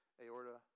aorta